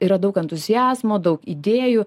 yra daug entuziazmo daug idėjų